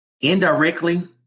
Indirectly